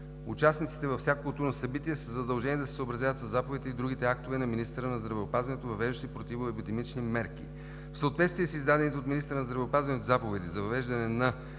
Участниците във всяко културно събитие са задължени да се съобразяват със заповедите и другите актове на министъра на здравеопазването, въвеждащи противоепидемичните мерки. В съответствие с издадените от министъра на здравеопазването заповеди за въвеждане на